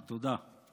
תודה.